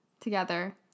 together